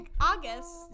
August